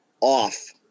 off